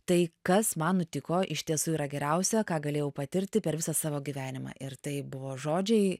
tai kas man nutiko iš tiesų yra geriausia ką galėjau patirti per visą savo gyvenimą ir tai buvo žodžiai